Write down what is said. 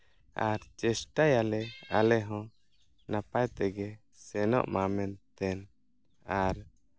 ᱟᱨ ᱪᱮᱥᱴᱟᱭᱟᱞᱮ ᱟᱞᱮ ᱦᱚᱸ ᱱᱟᱯᱟᱭ ᱛᱮᱜᱮ ᱥᱮᱱᱚᱜ ᱢᱟ ᱢᱮᱱᱛᱮ ᱟᱨ